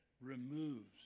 removes